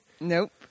Nope